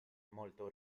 molto